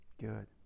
good